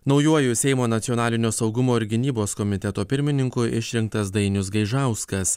naujuoju seimo nacionalinio saugumo ir gynybos komiteto pirmininku išrinktas dainius gaižauskas